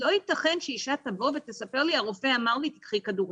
לא ייתכן שאשה תבוא ותספר לי "..הרופא אמר לי קחי כדורים..",